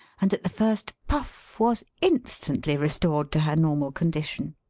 and at the first puflf was in stantly restored to her normal condition.